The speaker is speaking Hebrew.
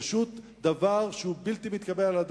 פשוט דבר בלתי מתקבל על הדעת,